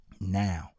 now